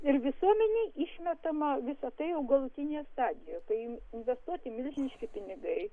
ir visuomenė išmetama visa tai jau galutinėje stadijoje tai investuoti milžiniški pinigai